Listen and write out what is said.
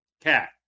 Cat